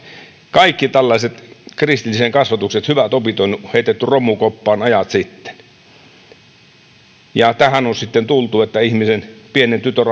kaikki kristillisen kasvatuksen hyvät opit on heitetty romukoppaan ajat sitten tähän on sitten tultu että ihmisen pienen tytön